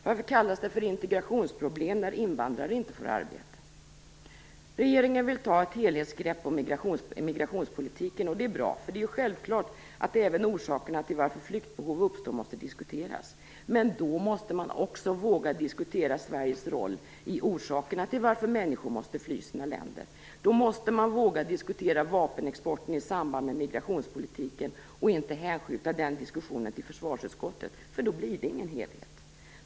Varför kallas det för integrationsproblem när invandrare inte får arbete? Regeringen vill ta ett helhetsgrepp på migrationspolitiken, och det är bra, för det är ju självklart att även orsakerna till att flyktbehov uppstår måste diskuteras. Men då måste man också våga diskutera Sveriges roll i orsakerna till att människor måste fly sina länder. Då måste man våga diskutera vapenexporten i samband med migrationspolitiken och inte hänskjuta den diskussionen till försvarsutskottet. För då blir det ingen helhet.